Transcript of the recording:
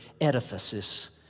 edifices